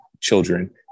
children